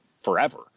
forever